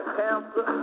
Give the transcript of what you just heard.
cancer